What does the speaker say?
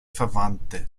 verwandte